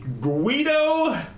Guido